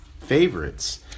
favorites